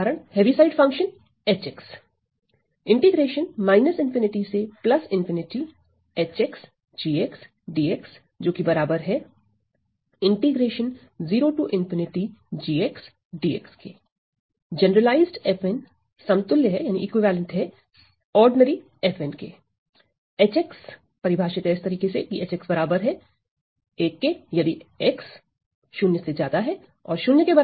उदाहरण Heaviside function H generalised समतुल्य है साधारण के